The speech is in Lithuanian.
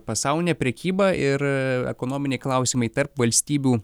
pasaulinė prekyba ir ekonominiai klausimai tarp valstybių